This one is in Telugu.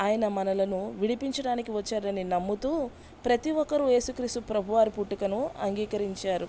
ఆయన మనలను విడిపించడానికి వచ్చారని నమ్ముతూ ప్రతీ ఒక్కరూ ఏసుక్రీసు ప్రభువారి పుట్టుకను అంగీకరించారు